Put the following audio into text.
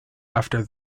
after